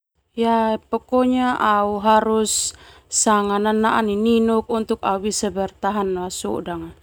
Au harus sanga nanaa nininuk untuk su bisa bertahan au soda nga.